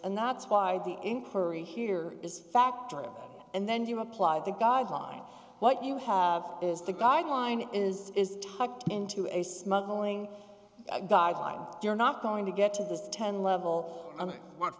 and that's why the incurring here is factor and then you apply the guidelines what you have is the guideline is is tucked into a smuggling guideline you're not going to get to this ten level w